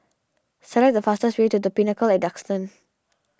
select the fastest way to the Pinnacle at Duxton